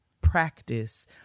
practice